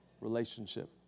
relationship